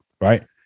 right